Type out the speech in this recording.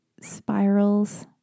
spirals